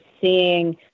seeing